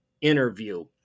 interview